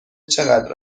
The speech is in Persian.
چقدر